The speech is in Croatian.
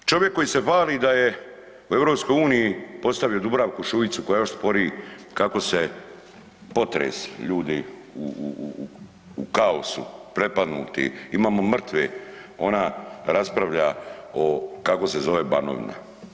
Čovjek koji se hvali da je u EU postavio Dubravku Šuicu koja još spori kako se potres ljudi u kaosu, prepadnuti, imamo mrtve, ona raspravlja o kako se zove Banovina.